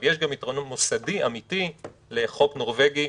אבל יש גם יתרון מוסדי אמיתי לחוק נורווגי,